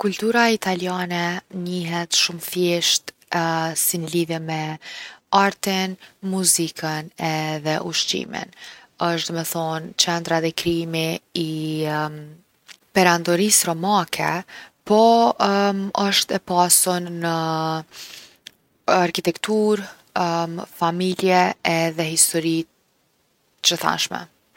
Kultura italiane njihet shumë thjeshtë si n’lidhje me artin, muzikën edhe ushqimin. Osht domethon qendra edhe krijimi i perandorisë Romake po osht e pasun në arkitekturë, familje edhe histori t’gjithanshme.